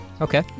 Okay